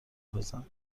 بزن